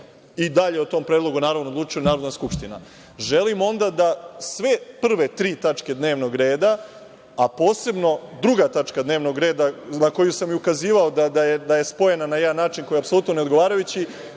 i dalje, o tom predlogu, naravno, odlučuje Narodna skupština. Želim onda da sve prve tri tačke dnevnog reda, a posebno 2. tačka dnevnog reda, za koju sam i ukazivao da je spojena na jedan način koji je apsolutno ne odgovarajući,